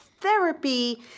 therapy